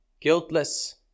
guiltless